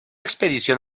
expedición